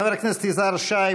חבר הכנסת יזהר שי,